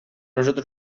nosotros